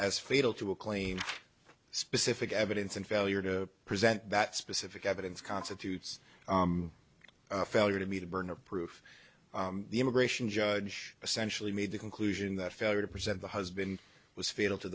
as fatal to a claim specific evidence and failure to present that specific evidence constitutes a failure to meet the burden of proof the immigration judge essentially made the conclusion that failure to present the husband was fatal to